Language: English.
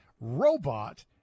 robot